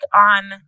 on